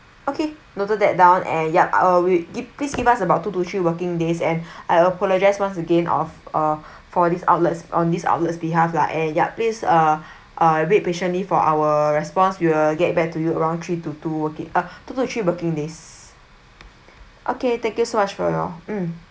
okay noted that down and yet we get please give us about two to three working days and I apologize once again of uh for these outlets' on these outlet's behalf lah and ya please uh uh wait patiently for our response we will get back to you around three to two uh two to three working days okay thank you so much for your mm